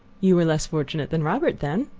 you were less fortunate than robert, then.